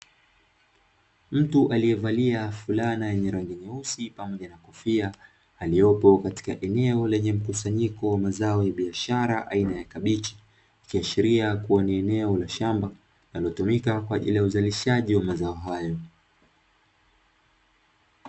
Mtu aliyevalia fulana yenye rangi nyeusi pamoja na kofia, aliyepo katika eneo lenye mkusanyiko wa mazao ya biashara aina ya kabichi, ikiashiiria kuwa ni eneo la shamba linalotumika kwa ajili ya uzalishaji wa mazao hayo.